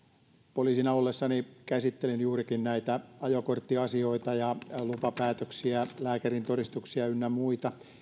poliisina ollessani käsittelin juurikin näitä ajokorttiasioita ja lupapäätöksiä lääkärintodistuksia ynnä muita